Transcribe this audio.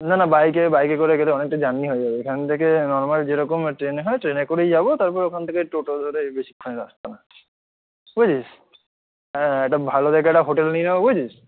না না বাইকে বাইকে করে গেলে অনেকটা জার্নি হয়ে যাবে এখান থেকে নর্মাল যেরকম ট্রেনে হয় ট্রেনে করেই যাব তারপর ওখান থেকে টোটো ধরে বেশিক্ষণের রাস্তা নয় বুঝতে পেরেছিস হ্যাঁ হ্যাঁ এটা ভালো দেখে একটা হোটেল নিয়ে নেব বুঝেছিস